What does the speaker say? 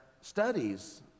studies